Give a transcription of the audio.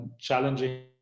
challenging